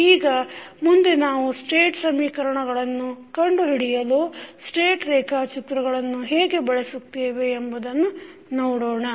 ಈಗ ಮುಂದೆ ನಾವು ಸ್ಟೇಟ್ ಸಮೀಕರಣಗಳನ್ನು ಕಂಡುಹಿಡಿಯಲು ಸ್ಟೇಟ್ ರೇಖಾಚಿತ್ರಗಳನ್ನು ಹೇಗೆ ಬಳಸುತ್ತೇವೆ ಎಂಬುದನ್ನು ನೋಡೋಣ